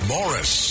Morris